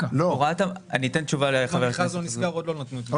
אני אתן תשובה לחבר הכנסת אזולאי.